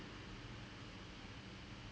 they they it felt that way and I was like